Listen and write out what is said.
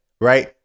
Right